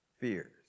fears